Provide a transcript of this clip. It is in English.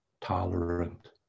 tolerant